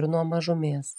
ir nuo mažumės